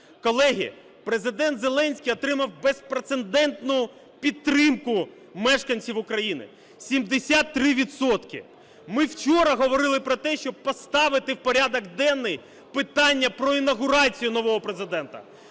Колеги, Президент Зеленський отримав безпрецедентну підтримку мешканців України – 73 відсотки. Ми вчора говорили про те, щоб поставити в порядок денний питання про інавгурацію нового Президента,